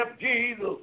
Jesus